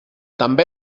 també